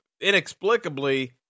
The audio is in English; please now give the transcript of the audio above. inexplicably